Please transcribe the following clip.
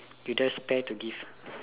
you don't have spare to give